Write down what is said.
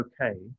okay